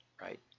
right